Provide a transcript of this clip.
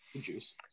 juice